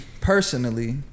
Personally